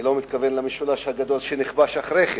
אני לא מתכוון למשולש הגדול שנכבש אחרי כן.